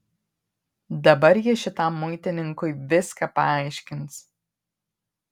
dabar ji šitam muitininkui viską paaiškins